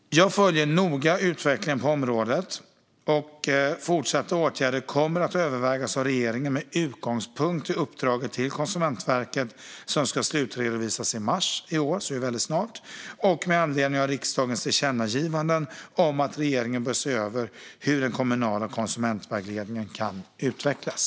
Jag följer noga utvecklingen på området. Fortsatta åtgärder kommer att övervägas av regeringen med utgångspunkt i uppdraget till Konsumentverket som ska slutredovisas i mars i år, alltså väldigt snart, och med anledning av riksdagens tillkännagivanden om att regeringen bör se över hur den kommunala konsumentvägledningen kan utvecklas.